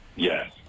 yes